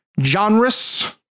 genres